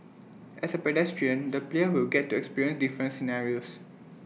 as A pedestrian the player will get to experience different scenarios